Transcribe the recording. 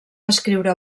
escriure